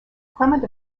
clement